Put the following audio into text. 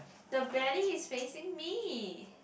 the belly is facing me